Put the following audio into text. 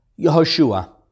Yehoshua